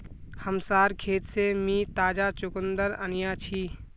हमसार खेत से मी ताजा चुकंदर अन्याछि